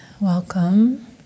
welcome